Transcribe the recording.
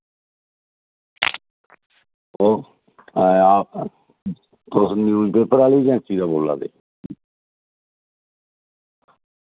hello एह् आं तुस न्यूज़पेपर आह्ली एजेंसी दा बोल्ला दे